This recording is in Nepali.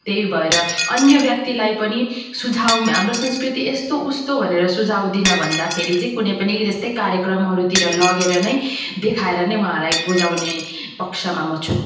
त्यही भएर अन्य व्यक्तिलाई पनि सुझाव हाम्रो संस्कृति यस्तो उस्तो भनेर सुझाव दिन भन्दाखेरि चाहिँ कुनै पनि त्यस्तै कार्यक्रमहरूतिर लगेर नै देखाएर नै उहाँलाई बुझाउने पक्षमा म छु